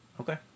Okay